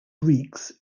greeks